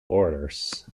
orders